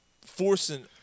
forcing